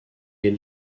est